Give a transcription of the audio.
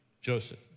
Joseph